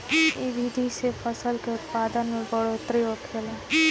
इ विधि से फसल के उत्पादन में बढ़ोतरी होखेला